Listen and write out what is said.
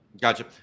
Gotcha